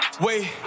Wait